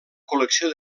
col·lecció